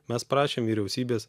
mes prašėm vyriausybės